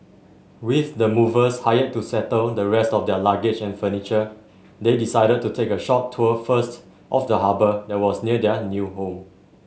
with the movers hired to settle the rest of their luggage and furniture they decided to take a short tour first of the harbour that was near their new home